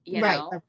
right